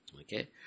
Okay